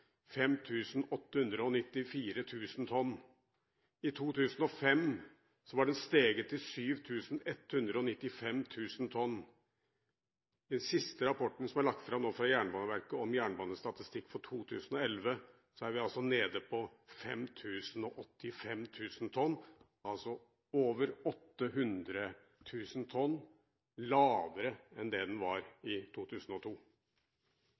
894 000 tonn, i 2005 var den steget til 7 195 000 tonn. I den siste rapporten som nå er lagt fram fra Jernbaneverket om jernbanestatistikk for 2011, er vi nede på 5 085 000 tonn, altså over 800 000 tonn lavere enn det den var i 2002.